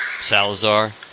Salazar